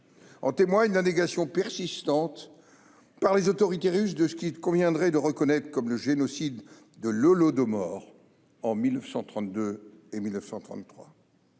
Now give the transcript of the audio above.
En témoigne la négation persistante par les autorités russes de ce qu'il conviendrait de reconnaître comme le génocide de l'Holodomor, en 1932 et 1933.